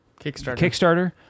Kickstarter